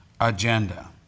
agenda